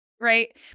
right